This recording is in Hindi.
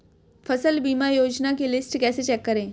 फसल बीमा योजना की लिस्ट कैसे चेक करें?